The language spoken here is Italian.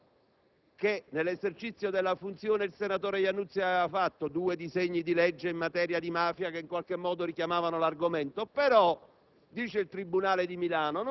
hanno ritenuto che il comportamento del senatore Iannuzzi fosse coperto dall'articolo 68 della Costituzione perché c'erano delle cose